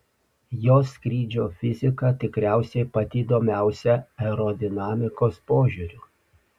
jo skrydžio fizika tikriausiai pati įdomiausia aerodinamikos požiūriu